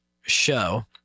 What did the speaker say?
show